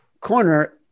Corner